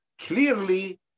clearly